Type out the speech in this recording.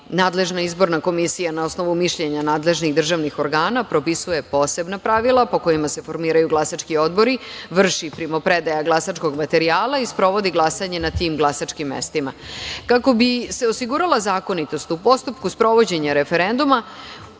nadležna izborna komisija na osnovu mišljenja nadležnih državnih propisuje posebna pravila po kojima se formiraju glasački odbori, vrši primopredaja glasačkog materijala i sprovodi glasanje na tim glasačkim mestima. Kako bi se osigurala zakonitost u postupku sprovođenja referenduma,